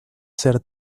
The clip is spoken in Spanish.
ser